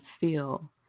feel